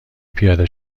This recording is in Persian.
پیاده